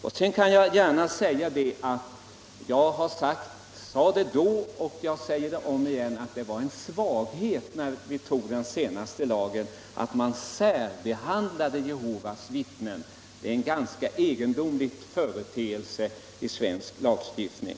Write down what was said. Jag vill gärna påpeka vad jag sade vid ett tidigare tillfälle och nu säger om igen: Det var en svaghet att man särbehandlade Jehovas vittnen när vi antog den senaste lagen. Det är en ganska egendomlig företeelse i svensk lagstiftning.